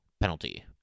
penalty